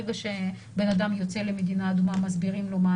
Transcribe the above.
ברגע שבן אדם יוצא למדינה אדומה מסבירים לו מה